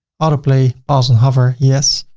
auto-play pause and hover yes.